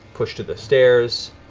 pushed to the stairs.